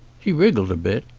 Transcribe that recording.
he wriggled a bit.